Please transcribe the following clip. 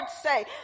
say